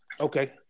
Okay